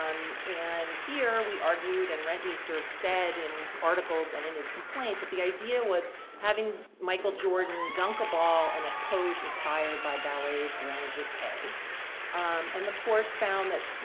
um and here we argued, and rentmeester said, in articles and in his complaint, that the idea was having michael jordan dunk a ball in a pose inspired by ballet's grand jete, and the court found that,